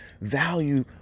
value